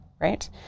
right